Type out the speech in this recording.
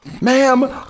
Ma'am